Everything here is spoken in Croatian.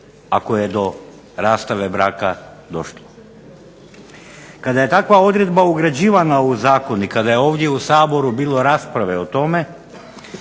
ako je do rastave braka došlo. Kada je takva odredba ugrađivana u zakon i kada je ovdje u Saboru bilo rasprave o tome